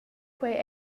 quei